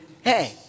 Hey